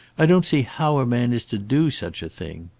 i don't see how a man is to do such a thing.